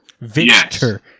Victor